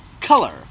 color